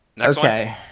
Okay